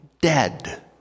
dead